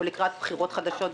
או לקראת בחירות חדשות,